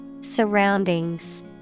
Surroundings